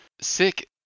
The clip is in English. sick